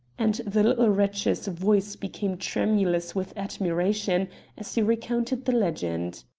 and the little wretch's voice became tremulous with admiration as he recounted the legend.